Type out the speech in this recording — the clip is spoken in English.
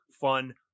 fun